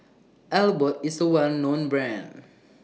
Abbott IS A Well known Brand